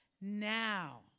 now